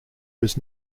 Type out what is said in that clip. was